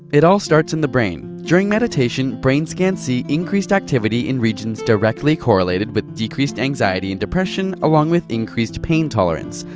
it all starts in the brain! during meditation, brain-scans see increased activity in regions directly correlated with decreased anxiety and depression, along with increased pain tolerance.